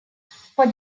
for